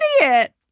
idiot